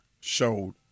showed